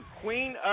Queen